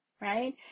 right